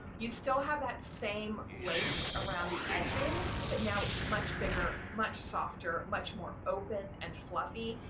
you still have that same lace around the edging but now it's much bigger, much softer, much more open and fluffy,